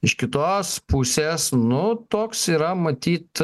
iš kitos pusės nu toks yra matyt